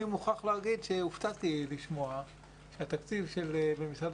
אני מוכרח להגיד שהופתעתי לשמוע שהתקציב של משרד